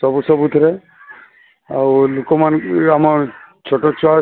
ସବୁ ସବୁ ଥିରେ ଆଉ ଲୋକମାନେ ଆମର ଛୋଟ ଛୁଆ